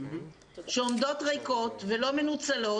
שעומדות ריקות ולא מנוצלות.